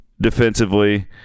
defensively